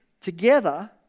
together